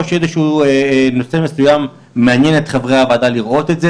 או שיש איזשהו נושא מסוים שמעניין את חברי הוועדה לראות אותו,